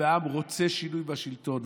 והעם רוצה שינוי בשלטון,